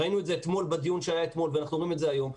ראינו את זה בדיון שהיה אתמול ואנחנו רואים את זה היום,